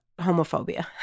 Homophobia